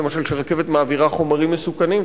שהרכבת מעבירה חומרים מסוכנים,